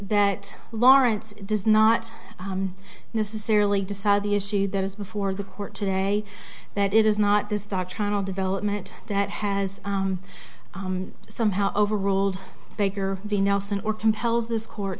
that lawrence does not necessarily decide the issue that is before the court today that it is not this doctrinal development that has somehow overruled baker v nelson or compels this court